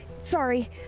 Sorry